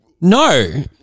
No